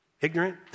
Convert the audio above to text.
ignorant